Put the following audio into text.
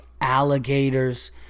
alligators